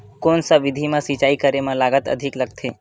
कोन सा विधि म सिंचाई करे म लागत अधिक लगथे?